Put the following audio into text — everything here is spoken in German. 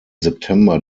september